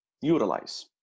utilize